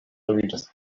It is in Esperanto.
nomiĝas